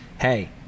Hey